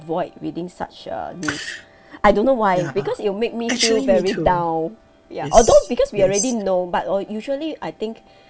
~void reading such uh news I don't know why because it'll make me feel very down ya although because we already know but oh usually I think